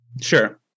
Sure